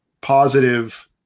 positive